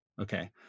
Okay